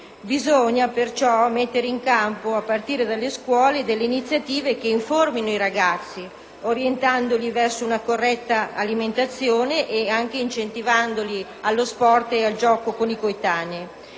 Bisogna pertanto mettere in campo, a partire dalle scuole, iniziative che informino i ragazzi, orientandoli verso una corretta alimentazione e incentivandoli allo sport e al gioco con i coetanei.